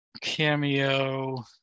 cameo